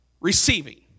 receiving